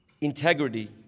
integrity